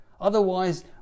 otherwise